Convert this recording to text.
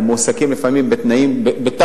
והם מועסקים לפעמים בתת-תנאים,